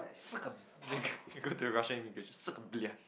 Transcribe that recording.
sacre go to Russia sacre bleu